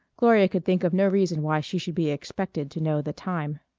gloria could think of no reason why she should be expected to know the time.